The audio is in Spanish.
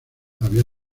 había